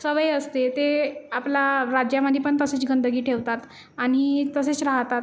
सवय असते ते आपल्या राज्यामधे पण तसेच गंदगी ठेवतात आणि तसेच राहतात